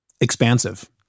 Expansive